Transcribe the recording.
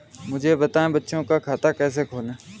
मुझे बताएँ बच्चों का खाता कैसे खोलें?